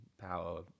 power